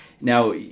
Now